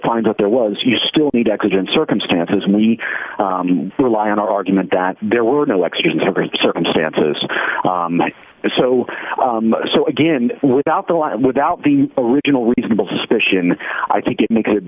find that there was you still need exigent circumstances we can rely on our argument that there were no extreme temperatures circumstances and so so again without the law without the original reasonable suspicion i think it makes it